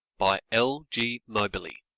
by l. g. moberly